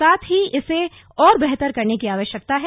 साथ ही इसे और बेहतर करने की आवश्यकता है